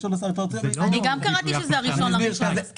אני גם קראתי שזה ה-1.1.